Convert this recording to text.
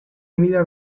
emilia